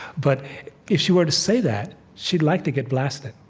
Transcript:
but if she were to say that, she'd likely get blasted.